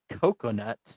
coconut